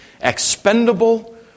expendable